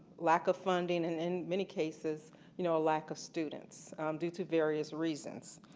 lack of funding and in many cases, you know, a lack of students due to various reasons.